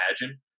imagine